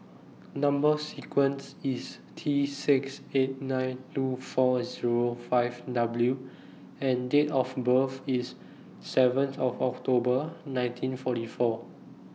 Number sequence IS T six eight nine two four Zero five W and Date of birth IS seven of October nineteen forty four